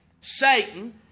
Satan